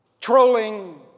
trolling